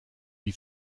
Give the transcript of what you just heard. die